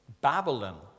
Babylon